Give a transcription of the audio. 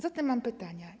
Zatem mam pytania.